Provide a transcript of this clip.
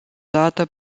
dată